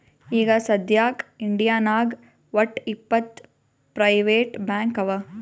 ಈಗ ಸದ್ಯಾಕ್ ಇಂಡಿಯಾನಾಗ್ ವಟ್ಟ್ ಇಪ್ಪತ್ ಪ್ರೈವೇಟ್ ಬ್ಯಾಂಕ್ ಅವಾ